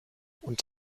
und